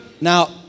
Now